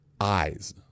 eyes